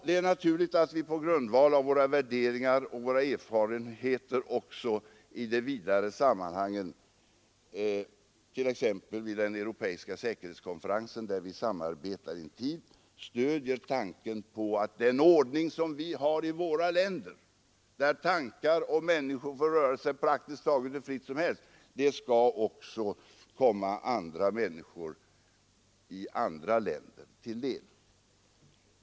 Det är naturligt att vi på grundval av våra värderingar och erfarenheter också i de vidare sammanhangen, t.ex. vid den europeiska säkerhetskonferensen där vi samarbetar intimt, stöder tanken på att den ordning som vi har i våra länder, där tankar och människor får röra sig praktiskt taget hur fritt som helst, också skall komma människor i andra länder till del.